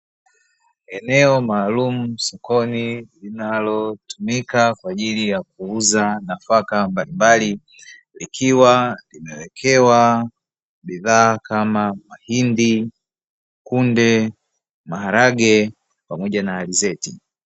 Eneo maalumu sokoni linalo tumika kwaajili ya kuuza nafaka mbalimbali likiwa limewekewa bidhaa kama mahindi, kunde, maharage pamoja na alizeti.